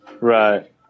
Right